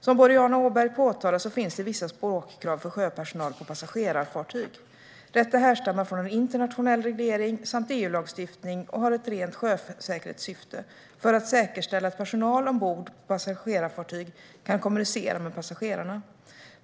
Som Boriana Åberg framhåller finns det vissa språkkrav för sjöpersonal på passagerarfartyg. Detta härstammar från internationell reglering samt EU-lagstiftning och har ett rent sjösäkerhetssyfte: att säkerställa att personal ombord på passagerarfartyg kan kommunicera med passagerarna.